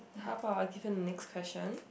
how about I give you the next question